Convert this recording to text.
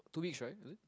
two weeks right